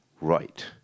right